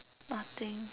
nothing